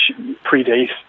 predate